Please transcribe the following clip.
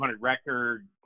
record